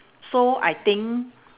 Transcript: so I think